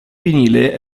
vinile